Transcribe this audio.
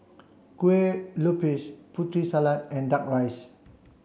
Kue Lupis Putri Salad and Duck Rice